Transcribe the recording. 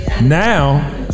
Now